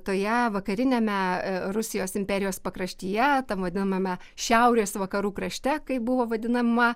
toje vakariniame rusijos imperijos pakraštyje tam vadinamame šiaurės vakarų krašte kaip buvo vadinama